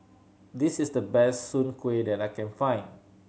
this is the best soon kway that I can find